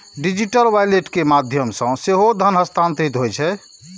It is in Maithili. डिजिटल वॉलेट के माध्यम सं सेहो धन हस्तांतरित होइ छै